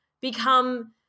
become